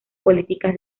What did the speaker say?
políticas